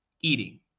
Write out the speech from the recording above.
eating